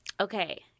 Okay